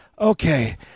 Okay